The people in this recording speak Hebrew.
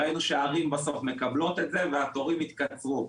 ראינו שהערים בסוף מקבלות את זה והתורים התקצרו.